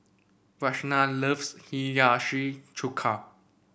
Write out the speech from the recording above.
Ragna loves Hiyashi Chuka